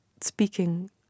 speaking